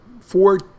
Four